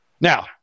Now